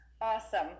Awesome